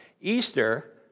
Easter